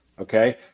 okay